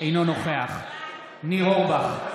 אינו נוכח ניר אורבך,